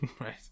right